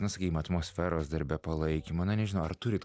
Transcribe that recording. na sakykim atmosferos darbe palaikymo na nežinau ar turit